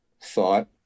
thought